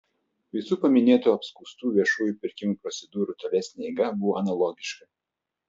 visų paminėtų apskųstų viešųjų pirkimų procedūrų tolesnė eiga buvo analogiška